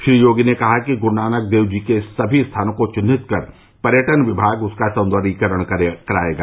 श्री योगी ने कहा कि ग्रूनानकदेव जी के सभी स्थानों को चिन्हित कर पर्यटन विभाग उसका सौन्दर्यीकरण करायेगा